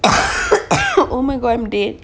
oh my god I'm dead